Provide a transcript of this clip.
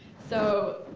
so,